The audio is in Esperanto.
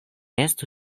estu